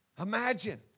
Imagine